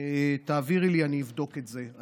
תעבירי לי ואני אבדוק את זה.